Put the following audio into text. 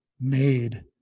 made